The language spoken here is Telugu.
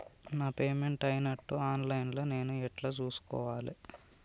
నా పేమెంట్ అయినట్టు ఆన్ లైన్ లా నేను ఎట్ల చూస్కోవాలే?